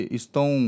estão